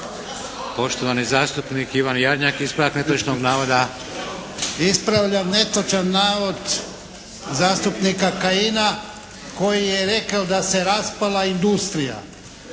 navoda. **Jarnjak, Ivan (HDZ)** Ispravljam netočan navod zastupnika Kajina koji je rekel da se raspala industrija.